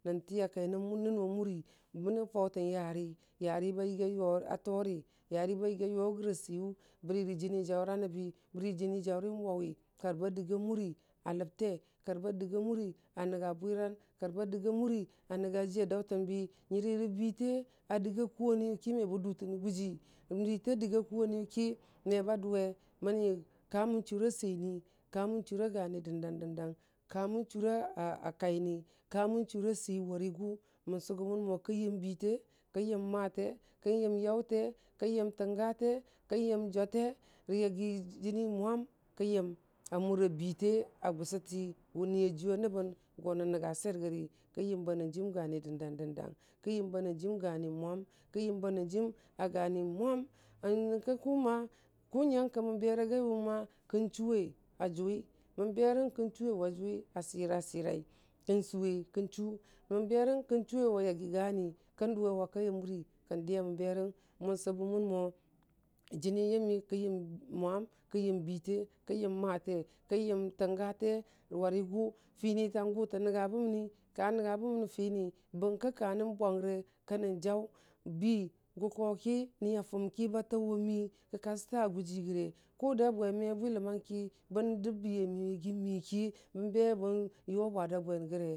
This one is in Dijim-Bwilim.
nən tiya kana nʊnu a mʊri bənə fʊtən yari yariba yəga yʊyəra səiyʊ bəri rəjənijaura nəbbi bəri jəni jawn waʊwi bəri kari ba dəgga mʊri a lʊk te karba dəya muri a nənya bwiran, kari ba dəga mʊri a nənga ji a daʊtənbi nyirə rə bite a dəga kuwa niyʊki me bə dʊtənə gʊji, bita dəya kʊwa niyʊki me ba dʊwe nnəni kamə chʊra səini kamən chʊra yani dəndang dəndang kamən chʊra a kaini kamən chʊra səi wargʊ, mən sʊ gʊmən mu kən yəm bite kən yəm mate kən yəm yarte kən yəm tənyate kən yəm jwate rə ynyi jəni mwam kən yəm a mura bitə a gʊsʊt wʊ niyajiyʊ a nəbən go nən nənga swer gəri kən yəm banən jəm gani dəndan dəndang kən yəm bənənn jəm gani mwam, kən yəm banən jəm agani mwam, nyənkə kʊi ma ku nyənkə mə bera gaiwung ma kən chʊwe ajʊwi, mən berəng kən chʊwe a jʊwi a sira sirai kən sʊwe kən chʊ mən berəng kən chʊwe wa yngi gani kən dʊwewa kai a mʊri kən dəye mə berəng, mən sʊyʊmən mo jəni yəmi kən yəm mwam kən yəm bite kən yəm mate kən yəm tənyate warigʊ fini tangʊtə nəngu bə məni ka nənga bəməni fini bərki kanən bwanre kənən jaʊ bi gʊ ko ki ni a fʊm ki ba taʊ a mi kə ka sʊta wʊ gʊ rəge kʊ dʊ bwe me bwilə mang ki bən dəb biya miyʊ yəgi miki bən be bən yʊ bwadʊ bwemiyən rəge.